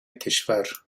کشور